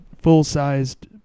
full-sized